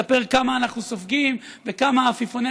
נספר כמה אנחנו סופגים וכמה עפיפוני